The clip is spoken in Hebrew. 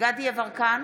דסטה גדי יברקן,